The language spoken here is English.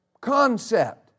concept